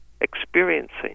experiencing